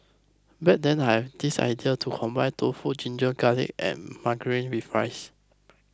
back then I had this idea to combine tofu ginger garlic and margarine with rice